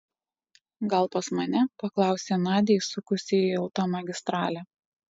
gal pas mane paklausė nadia įsukusi į automagistralę